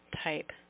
type